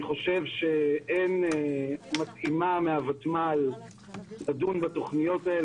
אני חושב שאין --- מהותמ"ל לדון בתוכנית הללו,